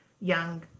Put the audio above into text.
young